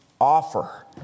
offer